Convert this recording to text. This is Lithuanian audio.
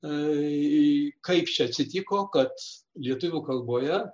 kaip čia atsitiko kad lietuvių kalboje